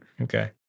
Okay